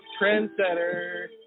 Trendsetter